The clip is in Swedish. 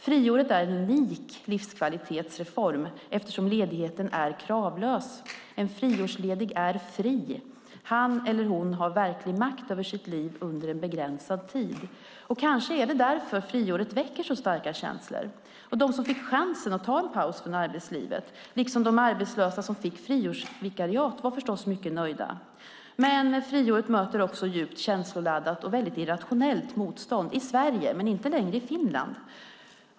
Friåret är en unik livskvalitetsreform, eftersom ledigheten är kravlös. En friårsledig är fri. Han eller hon har verklig makt över sitt liv under en begränsad tid. Kanske är det därför friåret väcker så starka känslor. De som fick chansen att ta en paus från arbetslivet var förstås mycket nöjda, liksom de arbetslösa som fick friårsvikariat. Friåret möter dock djupt känsloladdat och väldigt irrationellt motstånd i Sverige, men inte längre i Finland.